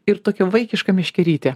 ir tokia vaikiška miškerytė